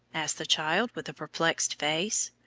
asked the child, with a perplexed face.